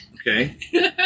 Okay